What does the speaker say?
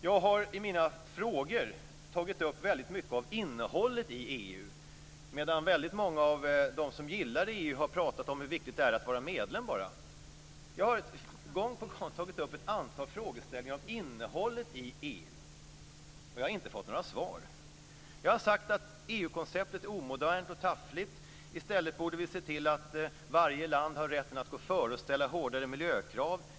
Jag har i mina frågor tagit upp väldigt mycket om innehållet i EU, medan väldigt många av dem som gillar EU bara har pratat om hur viktig det är att vara medlem. Jag har gång på gång tagit upp ett antal frågeställningar om innehållet i EU, och jag har inte fått några svar. Jag har sagt att EU-konceptet är omodernt och taffligt. I stället borde vi se till att varje land har rätten att gå före och ställa hårdare miljökrav.